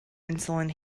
insulin